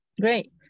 Great